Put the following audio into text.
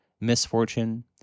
misfortune